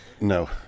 No